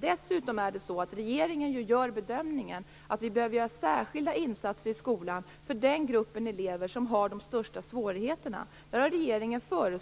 Dessutom gör regeringen bedömningen att vi behöver göra särskilda insatser i skolan för den grupp elever som har de största svårigheterna. Regeringen har